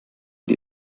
die